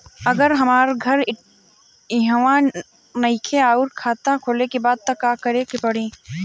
अगर हमार घर इहवा नईखे आउर खाता खोले के बा त का करे के पड़ी?